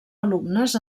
alumnes